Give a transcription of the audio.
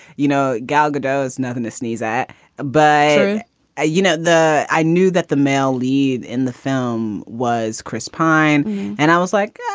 you know, gaga does nothing to sneeze at by a you know, the. i knew that the male lead in the film was chris pyne and i was like,